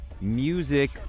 music